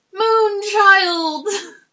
Moonchild